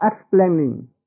explaining